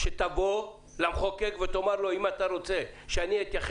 שתבואי למחוקק ותאמרי לו: אם אתה רוצה שאתייחס